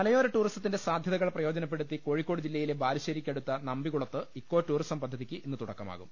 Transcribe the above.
മലയോര ടൂറിസത്തിന്റെ സാധ്യതകൾ പ്രയോജന പ്പെടുത്തി കോഴിക്കോട് ജില്ലയിലെ ബാലുശ്ശേരിക്കടുത്ത നമ്പികുളത്ത് ഇക്കോടൂറിസം പദ്ധതിക്ക് ഇന്ന് തുടക്ക മാകും